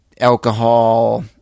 alcohol